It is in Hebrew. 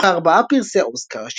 זוכה ארבעה פרסי אוסקר,